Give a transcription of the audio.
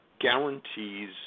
guarantees